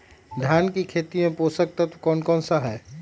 धान की खेती में पोषक तत्व कौन कौन सा है?